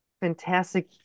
fantastic